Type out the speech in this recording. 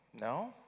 No